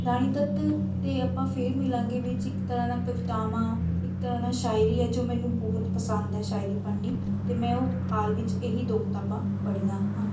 ਰਾਣੀ ਤੱਤ ਅਤੇ ਆਪਾਂ ਫੇਰ ਮਿਲਾਂਗੇ ਵਿੱਚ ਇੱਕ ਤਰ੍ਹਾਂ ਦਾ ਕਵਿਤਾਵਾਂ ਇੱਕ ਤਰ੍ਹਾਂ ਨਾਲ਼ ਸ਼ਾਇਰੀ ਹੈ ਜੋ ਮੈਨੂੰ ਬਹੁਤ ਪਸੰਦ ਹੈ ਸ਼ਾਇਰੀ ਪੜ੍ਹਨੀ ਅਤੇ ਮੈਂ ਉਹ ਹਾਲ ਵਿੱਚ ਇਹੀ ਦੋ ਕਿਤਾਬਾਂ ਪੜ੍ਹੀਆਂ ਹਨ